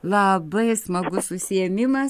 labai smagus užsiėmimas